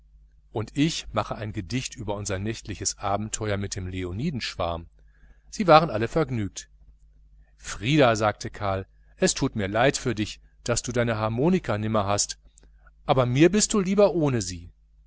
und ich mache ein gedicht über unsern krieg in afrika wenn der morenga darin vorkommt dann gefällt es dem vater sie waren alle vergnügt frieder sagte karl es tut mir ja leid für dich daß du deine harmonika nimmer hast aber mir bist du lieber ohne sie